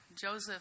Joseph